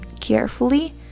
carefully